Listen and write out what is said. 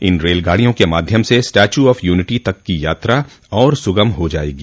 इन रेलगाडियों के माध्यम से स्टैच्यू ऑफ यूनिटी तक की यात्रा और सुगम हो जाएगी